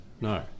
no